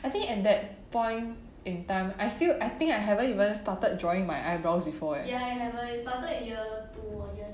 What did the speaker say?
I think at that point in time I still I think I haven't even started drawing my eyebrows before eh